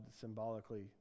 symbolically